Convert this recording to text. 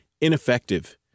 ineffective